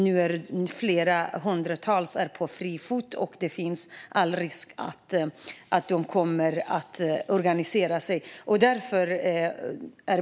Nu är hundratals på fri fot, och det är stor risk för att de kommer att organisera sig.